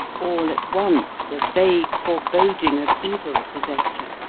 all at once, a vague foreboding of evil possessed her.